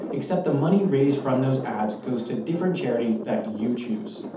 except the money raised from those ads goes to different charities that you choose.